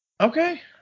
Okay